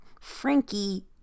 Frankie